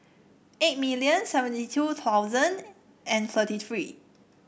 eight million seventy two thousand thirty three